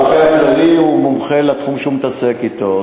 הרופא הכללי הוא מומחה לתחום שהוא עוסק בו.